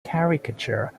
caricature